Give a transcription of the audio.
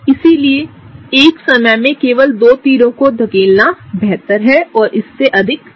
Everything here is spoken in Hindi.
इसलिए एक समय में केवल दो तीरों को धकेलना बेहतर है और इससे अधिक नहीं